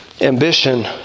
ambition